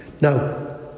now